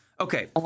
okay